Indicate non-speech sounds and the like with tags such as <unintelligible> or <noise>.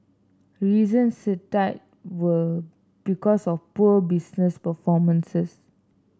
reasons <unintelligible> were because of poor business performances